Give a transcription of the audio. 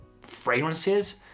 fragrances